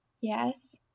Yes